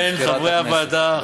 בין חברי הוועדה,